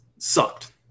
sucked